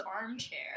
armchair